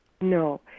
No